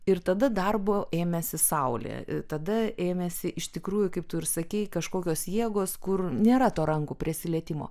ir tada darbo ėmėsi saulė tada ėmėsi iš tikrųjų kaip tu ir sakei kažkokios jėgos kur nėra to rankų prisilietimo